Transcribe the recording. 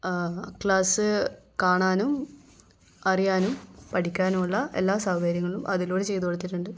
class കാണാനും അറിയാനും പഠിക്കാനുമുള്ള എല്ലാ സൗകര്യങ്ങളും അതിലൂടെ ചെയ്തു കൊടുത്തിട്ടുണ്ട്